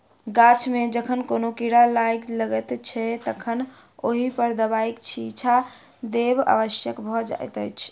गाछ मे जखन कोनो कीड़ा लाग लगैत छै तखन ओहि पर दबाइक छिच्चा देब आवश्यक भ जाइत अछि